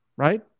Right